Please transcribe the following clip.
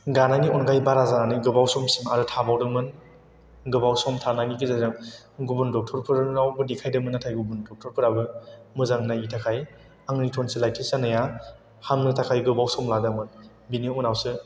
गानायनि अनगायै बारा जानानै गोबाव समसिम आरो थाबावदोंमोन गोबाव सम थानायनि गेजेरजों गुबुन डक्टरफोरनावबो देखायदोंमोन नाथाय गुबुन डक्टरफोराबो मोजां नायि थाखाय आंनि टन्सिलाइटिस जानाया हामनो थाखाय गोबाव सम लादोंमोन बिनि उनावसो